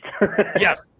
Yes